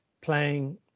playing